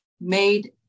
Made